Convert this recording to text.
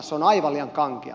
se on aivan liian kankea